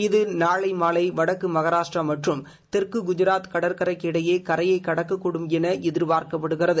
இது நாளை மாலை வடக்கு மகராஷ்டிரா மற்றும் தெற்கு குஜராத் கடற்கரைக்கு இடையே கரையைக் கடக்கக்கூடும் என எதிர்பார்க்கப்படுகிறது